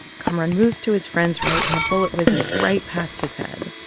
kamaran moves to his friend's right, and a bullet whizzes right past his head